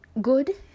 good